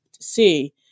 see